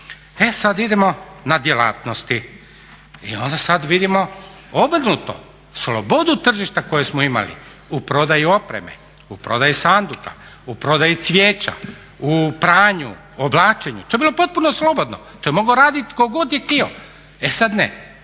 E sad idemo na djelatnosti. I onda sad vidimo obrnuto, slobodu tržišta koje smo imali u prodaji sanduka, u prodaji cvijeća, u pranju, oblačenju, to je bilo potpuno slobodno, to je mogao raditi tko god je htio. E sad ne,